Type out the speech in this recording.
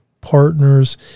partners